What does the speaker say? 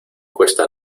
cuesta